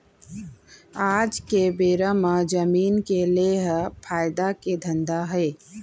आज के बेरा म जमीन के लेहे ह फायदा के धंधा हे